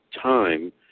time